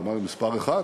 אמרתי: מספר אחת?